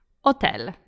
hotel